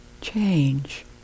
change